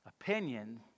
Opinion